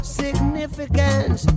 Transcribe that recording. significance